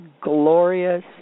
glorious